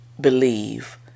believe